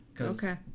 Okay